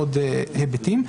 מאוד פרסומות.